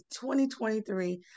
2023